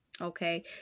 Okay